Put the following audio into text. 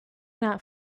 not